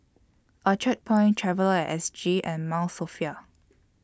Orchard Point Traveller S G and Mount Sophia